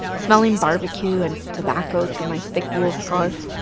smelling barbecue and tobacco through my thick wool scarf